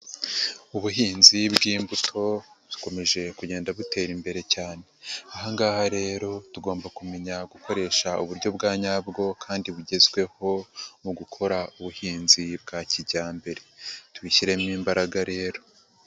Ubuhinzi bw'imbuto bukomeje kugenda butera imbere cyane, aha ngaha rero tugomba kumenya gukoresha uburyo bwa nyabwo kandi bugezweho mu gukora ubuhinzi bwa kijyambere, tubishyiremo imbaraga rero.